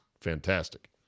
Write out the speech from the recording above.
fantastic